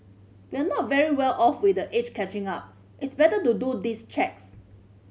we're not very well off with age catching up it's better to do these checks